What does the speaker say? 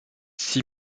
six